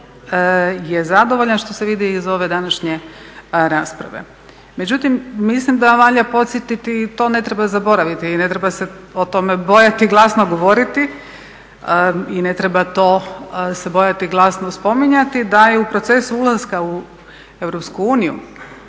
je zadovoljan što se vidi iz ove današnje rasprave. Međutim mislim da valja podsjetiti i to ne treba zaboraviti i ne treba se o tome bojati glasno govoriti i ne treba se bojati glasno spominjati da je u procesu ulaska u EU